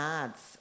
ads